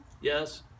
Yes